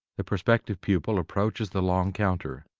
the prospective pupil approaches the long counter.